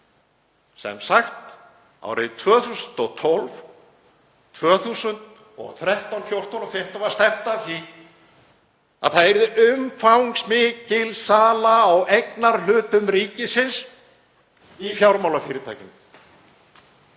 Sem sagt árin 2012, 2013, 2014 og 2015 var stefnt að því að það yrði umfangsmikil sala á eignarhlutum ríkisins í fjármálafyrirtækjum.